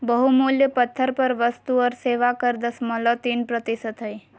बहुमूल्य पत्थर पर वस्तु और सेवा कर दशमलव तीन प्रतिशत हय